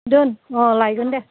दोन अ लायगोन दे